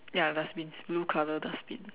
ya dustbin blue colour dustbin